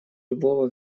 любого